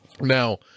now